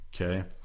Okay